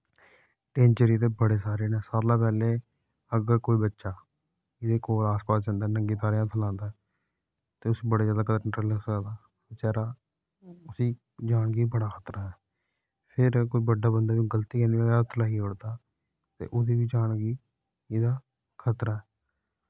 danger इदे बड़े सारे ना सारे कोला पैह्ले अगर कोई बच्चा एह्दे कोल आस पास जंदा ऐ जा नंगी तारे गी हत्थ लांदा ऐ ते उस्सी बड़े जैदा करंट लग्गी सकदा बचारा उस्सी जान गी बड़ा खतरा ऐ फिर कोई बड्डा बंदा वी गलती कन्नै वी हत्थ लाई ओड़दा ते ओह्दी जान गी इदा खतरा ऐ